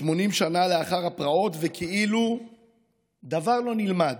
80 שנה לאחר הפרעות וכאילו דבר לא נלמד,